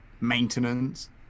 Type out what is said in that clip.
maintenance